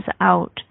out